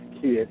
kids